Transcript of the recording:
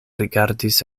rigardis